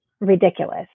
ridiculous